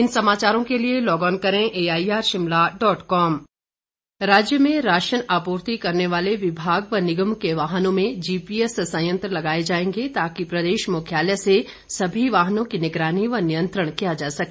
किशन कपूर राज्य में राशन आपूर्ति करने वाले विभाग व निगम के वाहनों में जीपीएस संयंत्र लगाए जाएंगे ताकि प्रदेश मुख्यालय से सभी वाहनों की निगरानी व नियंत्रण किया जा सके